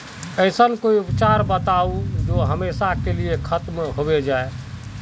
ऐसन कोई उपचार बताऊं जो हमेशा के लिए खत्म होबे जाए?